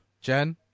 Jen